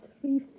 three